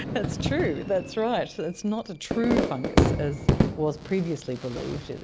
that's true, that's right, it's not a true fungus as was previously believed.